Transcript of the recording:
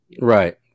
Right